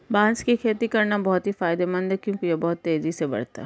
बांस की खेती करना बहुत ही फायदेमंद है क्योंकि यह बहुत तेजी से बढ़ता है